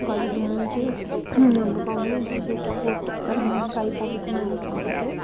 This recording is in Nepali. घरेलु मल चाहिँ हाम्रो गाउँमै एउटा गोठ गाई पालेको मानिसकोबाट